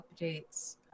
updates